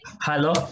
Hello